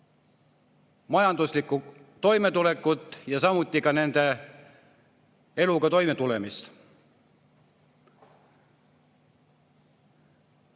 majanduslikku toimetulekut, samuti nende eluga toimetulemist.